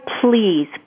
please